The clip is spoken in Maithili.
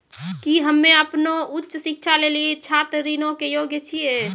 कि हम्मे अपनो उच्च शिक्षा लेली छात्र ऋणो के योग्य छियै?